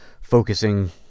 focusing